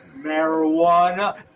Marijuana